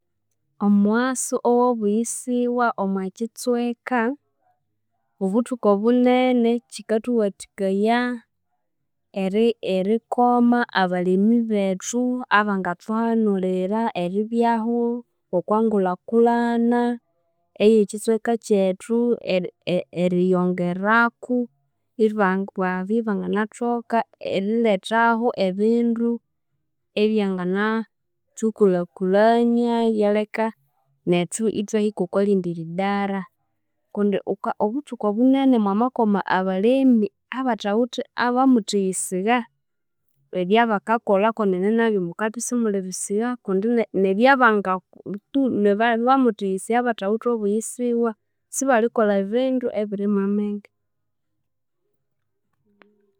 Omughaso ow'obuyisiwa omo kitsweka, obuthuku obunene kikathuwathikaya eri erikoma abalhemi bethu abangathuhanulhira eribyaho okwangulhakulhana ey'ekitsweka kyethu eri eri- eriyongeraku ibangwa bya ibanginathoka erilhethaho ebindu ebyanginathukulakulania ibyaleka nethu ithwahika oko lindi lidara kundi wuka obuthuku obunene mwamakoma abalhemi abathawithe abamuthiyisigha, ebyabakakolha kwenene n'abyo mukabya isimuliyisigha kundi n'ebyabangakolha tu n'abamuthiyisigha abathawithe obuyisiwa sibalikolha ebindu ebiri mw'amenge.